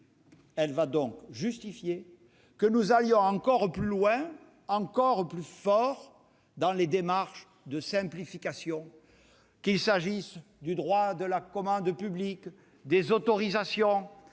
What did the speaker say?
ampleur, justifiera que nous allions encore plus loin, encore plus fort, dans les démarches de simplification, qu'il s'agisse du droit de la commande publique, des autorisations